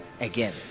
again